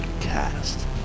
Cast